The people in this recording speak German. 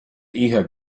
eher